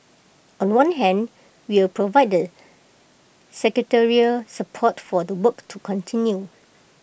on one hand we'll provide the secretariat support for the work to continue